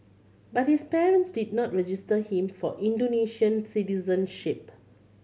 but his parents did not register him for Indonesian citizenship